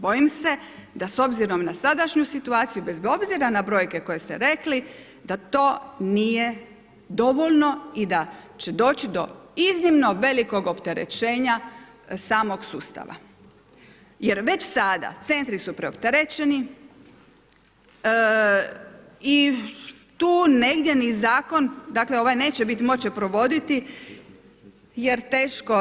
Bojim se da s obzirom na sadašnju situaciju bez obzira na brojke koje ste rekli da to nije dovoljno i da će doći do iznimno velikog opterećenja samog sustava, jer već sada centri su preopterećeni i tu negdje ni zakon dakle ovaj neće moći provoditi jer teško.